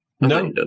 No